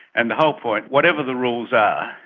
and the whole point, whatever the rules are,